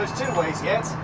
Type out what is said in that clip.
ah two-ways yet?